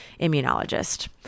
immunologist